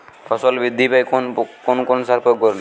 ফসল বৃদ্ধি পায় কোন কোন সার প্রয়োগ করলে?